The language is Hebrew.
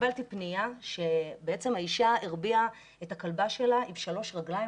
קיבלתי פניה שהאישה הרביעה את הכלבה שלה עם שלוש רגליים,